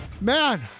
man